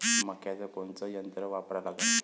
मक्याचं कोनचं यंत्र वापरा लागन?